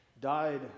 died